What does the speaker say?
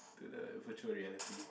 to the virtual reality